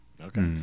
Okay